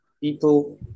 people